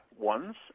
ones